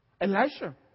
Elijah